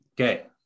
okay